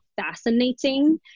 fascinating